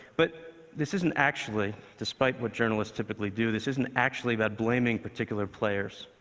but this isn't actually, despite what journalists typically do, this isn't actually about blaming particular players.